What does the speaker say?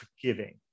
forgiving